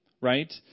right